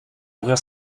ouvrir